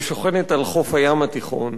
ושוכנת על חוף הים התיכון,